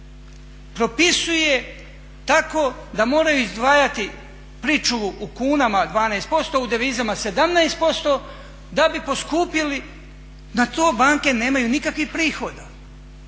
Propisuje tako da moraju izdvajati pričuvu u kunama 12%, u devizama 17% da bi poskupjeli, na to banke nemaju nikakvih prihoda,